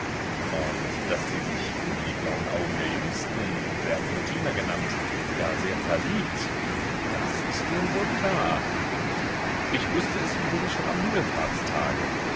und daß sie sich in die blauen augen der jüngsten serpentina genannt gar sehr verliebt das ist nun wohl klar ich wußte es übrigens schon am